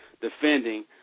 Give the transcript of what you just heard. defending